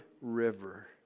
River